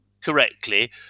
correctly